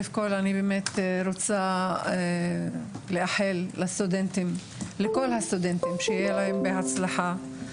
ראשית, אני רוצה לאחל לכל הסטודנטים הצלחה.